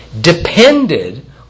depended